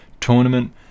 tournament